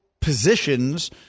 positions